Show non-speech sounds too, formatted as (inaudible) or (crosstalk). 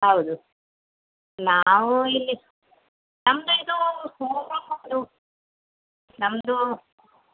ಹೌದು ನಾವು ಇಲ್ಲಿ ನಮ್ಮದು ಇದು (unintelligible) ನಮ್ಮದು